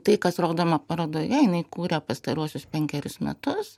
tai kas rodoma parodoje jinai kūrė pastaruosius penkerius metus